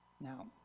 Now